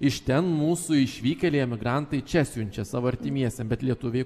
iš ten mūsų išvykę emigrantai čia siunčia savo artimiesiem bet lietuviai